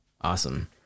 Awesome